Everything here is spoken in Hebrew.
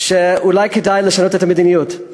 אולי כדאי לשנות את המדיניות,